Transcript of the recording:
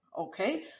okay